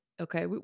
Okay